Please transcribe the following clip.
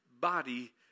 body